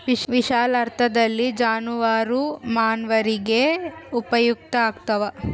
ವಿಶಾಲಾರ್ಥದಲ್ಲಿ ಜಾನುವಾರು ಮಾನವರಿಗೆ ಉಪಯುಕ್ತ ಆಗ್ತಾವ